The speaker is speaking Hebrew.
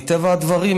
מטבע הדברים,